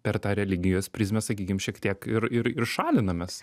per tą religijos prizmę sakykim šiek tiek ir ir ir šalinamės